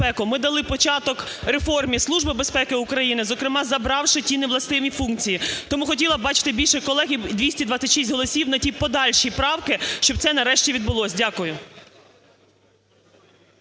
ми дали початок реформі Службі безпеки України, зокрема забравши ті невластиві функції. Тому хотіла б бачити більше колег і 226 голосів на ті подальші правки, щоб це нарешті відбулось. Дякую.